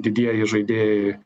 didieji žaidėjai